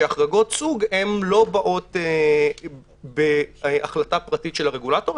כשהחרגות סוג לא באות בהחלטה פרטית של הרגולטור,